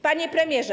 Panie Premierze!